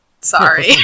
Sorry